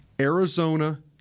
Arizona